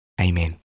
Amen